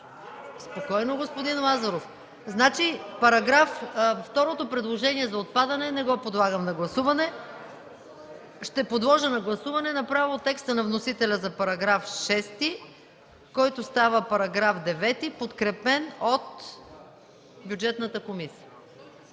Спокойно, господин Лазаров. Второто предложение за отпадане не го подлагам на гласуване. Ще подложа на гласуване направо текста за вносителя за § 6, който става § 9, подкрепен от Бюджетната комисия.